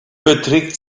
beträgt